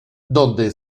donde